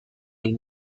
del